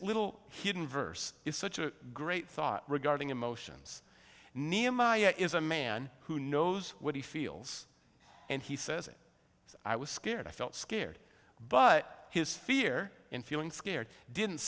little hidden verse is such a great thought regarding emotions nehemiah is a man who knows what he feels and he says it i was scared i felt scared but his fear in feeling scared didn't